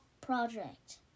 project